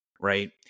right